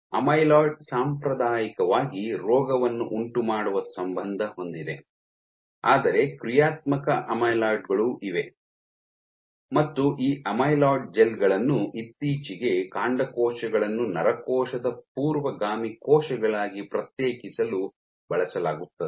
amyloid ಸಾಂಪ್ರದಾಯಿಕವಾಗಿ ರೋಗವನ್ನು ಉಂಟುಮಾಡುವ ಸಂಬಂಧ ಹೊಂದಿದೆ ಆದರೆ ಕ್ರಿಯಾತ್ಮಕ ಅಮಿಲಾಯ್ಡ್ ಗಳೂ ಇವೆ ಮತ್ತು ಈ ಅಮೈಲಾಯ್ಡ್ ಜೆಲ್ ಗಳನ್ನು ಇತ್ತೀಚೆಗೆ ಕಾಂಡಕೋಶಗಳನ್ನು ನರಕೋಶದ ಪೂರ್ವಗಾಮಿ ಕೋಶಗಳಾಗಿ ಪ್ರತ್ಯೇಕಿಸಲು ಬಳಸಲಾಗುತ್ತದೆ